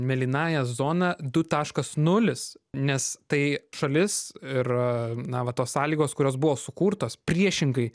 mėlynąja zona du taškas nulis nes tai šalis ir a na va tos sąlygos kurios buvo sukurtos priešingai